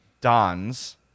Don's